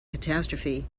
catastrophe